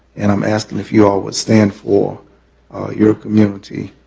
and i'm asking if you all would stand for your community,